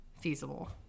feasible